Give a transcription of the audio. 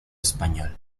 español